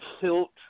tilt